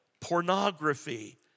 pornography